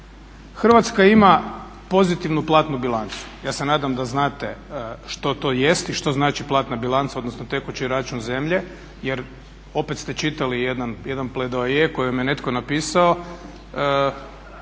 Hrvatska ima pozitivnu platnu bilancu. Ja se nadam da znate što to jest i što znači platna bilanca, odnosno tekući račun zemlje jer opet ste čitali jedan pledoaje u kojem je netko napisao,